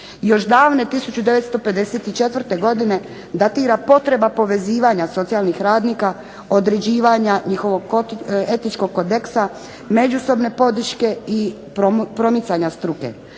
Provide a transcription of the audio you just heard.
Još davne 1954.godine datira potreba povezivanja socijalnih radnika, određivanja njihovog etičkog kodeksa, međusobne podrške i promicanja struke.